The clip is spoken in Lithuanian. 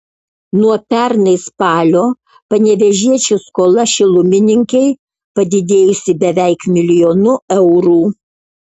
nuo pernai spalio panevėžiečių skola šilumininkei padidėjusi beveik milijonu eurų